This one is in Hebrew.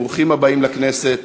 ברוכים הבאים לכנסת.